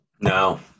No